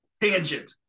Tangent